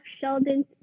Sheldon